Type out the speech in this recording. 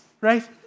right